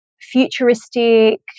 futuristic